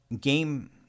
Game